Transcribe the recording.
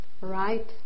right